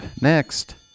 next